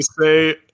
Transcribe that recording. say